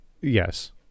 Yes